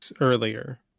earlier